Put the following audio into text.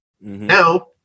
Now